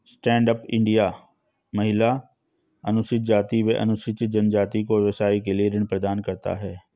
stand up India महिला, अनुसूचित जाति व अनुसूचित जनजाति को व्यवसाय के लिए ऋण प्रदान करता है